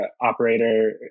operator